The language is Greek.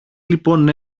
λοιπόν